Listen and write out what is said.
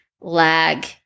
lag